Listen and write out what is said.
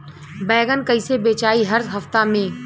बैगन कईसे बेचाई हर हफ्ता में?